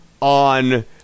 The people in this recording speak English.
on